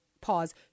pause